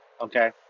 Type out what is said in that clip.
okay